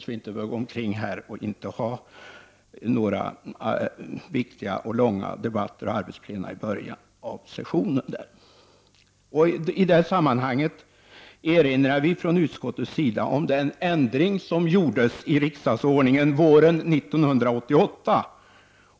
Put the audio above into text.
Då behöver vi inte gå omkring här och sakna viktiga och långa debatter och arbetsplena i början av sessionen. I det sammanhanget erinrar vi från utskottets sida om den ändring som gjordes i riksdagsordningen våren 1988.